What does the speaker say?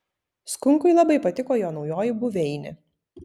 skunkui labai patiko jo naujoji buveinė